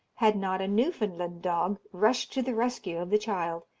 had not a newfoundland dog rushed to the rescue of the child,